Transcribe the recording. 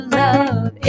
love